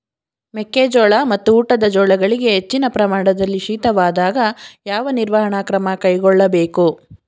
ಮೆಕ್ಕೆ ಜೋಳ ಮತ್ತು ಊಟದ ಜೋಳಗಳಿಗೆ ಹೆಚ್ಚಿನ ಪ್ರಮಾಣದಲ್ಲಿ ಶೀತವಾದಾಗ, ಯಾವ ನಿರ್ವಹಣಾ ಕ್ರಮ ಕೈಗೊಳ್ಳಬೇಕು?